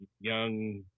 young